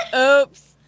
oops